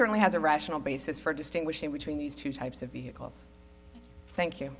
certainly has a rational basis for distinguishing between these two types of vehicles thank you